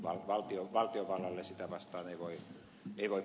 sitä vastaan ei voi pullikoida